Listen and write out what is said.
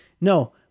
No